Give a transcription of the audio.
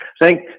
Thank